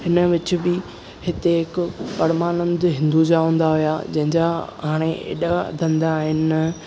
हिन विच बि हिते हिकु परमानंद हिंदुजा हूंदा हुआ जंहिंजा हाणे एॾा धंधा आहिनि न